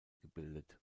gebildet